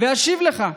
ואשיב לך.